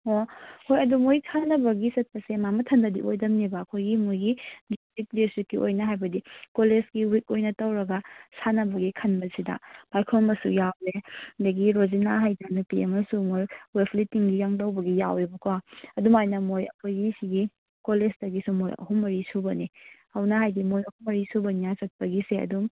ꯑꯣ ꯍꯣꯏ ꯑꯗꯨ ꯃꯣꯏ ꯁꯥꯟꯅꯕꯒꯤ ꯆꯠꯄꯁꯦ ꯃꯥ ꯃꯊꯟꯇꯗꯤ ꯑꯣꯏꯗꯕꯅꯦꯕ ꯑꯩꯈꯣꯏꯒꯤ ꯃꯈꯣꯏꯒꯤ ꯃꯈꯣꯏꯒꯤ ꯗꯤꯁꯇ꯭ꯔꯤꯛ ꯗꯤꯁꯇ꯭ꯔꯤꯛꯀꯤ ꯑꯣꯏꯅ ꯍꯥꯏꯕꯗꯤ ꯀꯣꯂꯦꯁꯀꯤ ꯋꯤꯛ ꯑꯣꯏꯅ ꯇꯧꯔꯒ ꯁꯥꯟꯅꯕꯒꯤ ꯈꯟꯕꯁꯤꯗ ꯄꯥꯏꯈꯣꯟꯕꯁꯨ ꯌꯥꯎꯔꯦ ꯑꯗꯨꯗꯒꯤ ꯔꯣꯖꯤꯅꯥ ꯍꯥꯏꯕ ꯅꯨꯄꯤ ꯑꯃꯁꯨ ꯃꯈꯣꯏ ꯋꯦꯠ ꯂꯤꯐꯇꯤꯡꯒꯤ ꯌꯥꯎꯏꯕꯀꯣ ꯑꯗꯨꯃꯥꯏꯅ ꯃꯈꯣꯏ ꯑꯩꯈꯣꯏꯒꯤ ꯁꯤꯒꯤ ꯀꯣꯂꯦꯁꯇꯒꯤꯁꯨ ꯃꯈꯣꯏ ꯑꯍꯨꯝ ꯃꯔꯤ ꯁꯨꯕꯅꯤ ꯑꯗꯨꯅ ꯍꯥꯏꯗꯤ ꯃꯈꯣꯏ ꯑꯍꯨꯝ ꯃꯔꯤ ꯁꯨꯕꯅꯤꯅ ꯆꯠꯄꯒꯤꯁꯦ ꯑꯗꯨꯝ